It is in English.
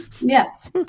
yes